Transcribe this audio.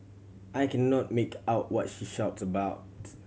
I cannot make out what she shouts about